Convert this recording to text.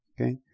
Okay